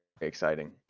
exciting